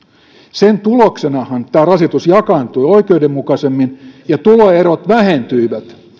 sen tuloksenahan rasitus jakaantui oikeudenmukaisemmin ja tuloerot vähentyivät